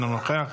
אינו נוכח,